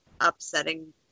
upsetting